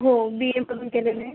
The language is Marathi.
हो बी एमधून केलेलं आहे